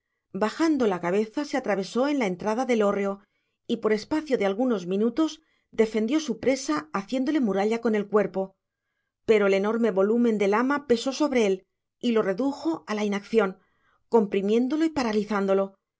bajando la cabeza se atravesó en la entrada del hórreo y por espacio de algunos minutos defendió su presa haciéndole muralla con el cuerpo pero el enorme volumen del ama pesó sobre él y lo redujo a la inacción comprimiéndolo y paralizándolo